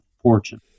fortune